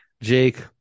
Jake